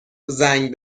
زنگ